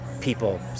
people